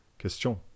Question